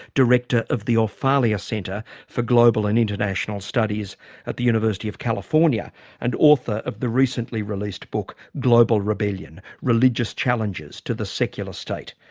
director of the orfalea center for global and international studies at the university of california and author of the recently released book global rebellion religious challenges to the secular state.